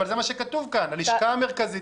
אם הלשכה המרכזית